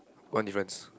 one difference